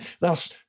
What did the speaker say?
Thus